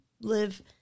live